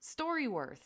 StoryWorth